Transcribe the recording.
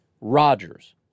Rodgers